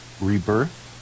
rebirth